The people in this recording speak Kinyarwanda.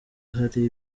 hari